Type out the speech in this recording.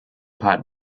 part